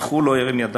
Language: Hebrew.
אך הוא לא הרים ידיים,